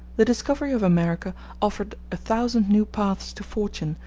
the discovery of america offered a thousand new paths to fortune,